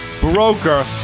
broker